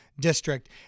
district